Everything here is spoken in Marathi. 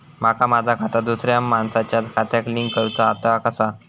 माका माझा खाता दुसऱ्या मानसाच्या खात्याक लिंक करूचा हा ता कसा?